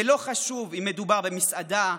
ולא חשוב אם מדובר במסעדה,